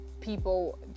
people